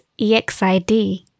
EXID